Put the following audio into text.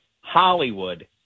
Hollywood